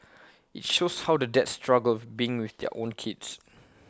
IT shows how the dads struggle being with their own kids